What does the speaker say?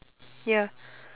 ya